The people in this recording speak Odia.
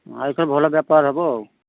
ଆଜି ତ ଭଲ ବେପାର ହେବ ଆଉ